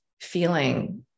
feeling